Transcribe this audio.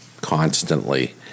constantly